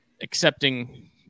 accepting